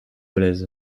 dolez